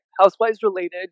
housewives-related